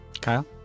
Kyle